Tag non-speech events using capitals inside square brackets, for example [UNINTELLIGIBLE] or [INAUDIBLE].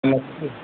[UNINTELLIGIBLE]